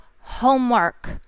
homework